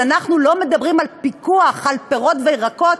אז אנחנו לא מדברים על פיקוח על מחירי פירות וירקות,